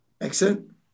Excellent